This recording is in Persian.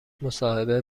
مصاحبه